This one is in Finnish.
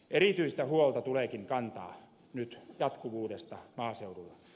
erityistä huolta tuleekin kantaa nyt jatkuvuudesta maaseudulla